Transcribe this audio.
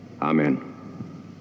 Amen